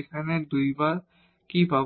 এখানে 2 বার কি পাব